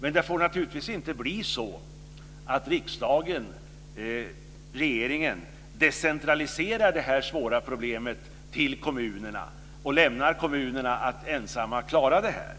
Men det får naturligtvis inte bli så att riksdagen och regeringen decentraliserar det här svåra problemet till kommunerna och lämnar kommunerna att ensamma klara det här.